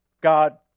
God